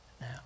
now